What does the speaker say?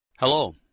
Hello